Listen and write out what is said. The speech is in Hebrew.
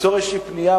ליצור איזו פנייה,